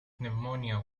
pneumonia